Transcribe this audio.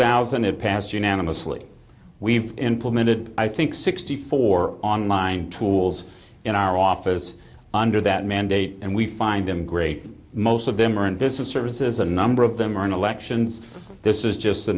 thousand it passed unanimously we've implemented i think sixty four online tools in our office under that mandate and we find them great most of them are in business services a number of them are in elections this is just the